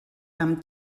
amb